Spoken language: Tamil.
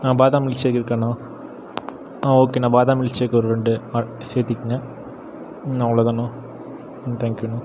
பாதம் மில்க் ஷேக் இருக்காண்ணா ஓகேண்ணா பாதம் மில்க் ஷேக் ஒரு ரெண்டு ஆட் சேர்த்திக்குங்க அவ்ளோ தாண்ணா தேங்க் யூண்ணா